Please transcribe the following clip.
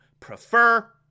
prefer